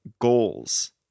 goals